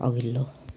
अघिल्लो